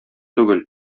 түгел